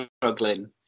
struggling